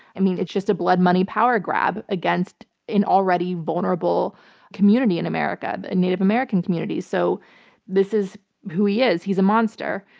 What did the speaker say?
i mean, it's just a blood money power grab against an already vulnerable community in america, and native american communities. so this is who he is. he's a monster.